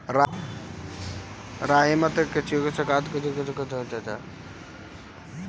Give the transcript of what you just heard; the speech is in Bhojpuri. राही में तअ केहू के साथे कबो कुछु हो सकत हवे